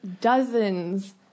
dozens